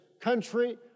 country